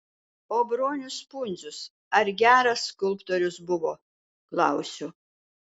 o bronius pundzius ar geras skulptorius buvo klausiu